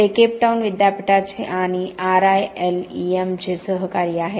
ते केपटाऊन विद्यापीठाचे आणि RILEM चे सहकारी आहेत